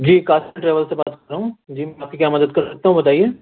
جی Qasim travel سے بات کر رہا ہوں جی آپ کی کیا مدد کر سکتا ہوں بتائیے